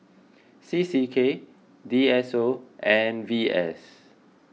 C C K D S O and V S